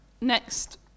next